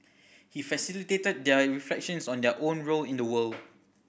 he facilitated their reflections on their own role in the world